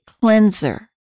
cleanser